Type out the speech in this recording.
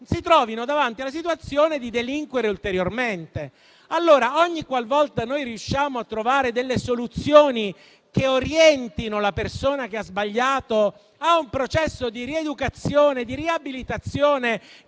si trovino davanti a situazioni che li portano a delinquere ulteriormente. Allora, ogni qualvolta noi riusciamo a trovare delle soluzioni che orientino la persona che ha sbagliato verso un processo di rieducazione e di riabilitazione,